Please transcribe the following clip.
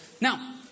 Now